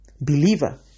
Believer